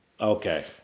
Okay